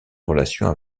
relation